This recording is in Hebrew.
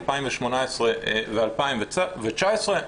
2018 ו- 2019,